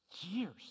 years